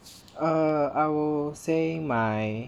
uh oh I will say my